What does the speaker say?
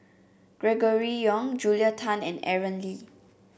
Gregory Yong Julia Tan and Aaron Lee